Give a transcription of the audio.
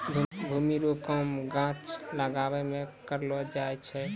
भूमि रो काम गाछ लागाबै मे करलो जाय छै